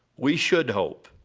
we should hope,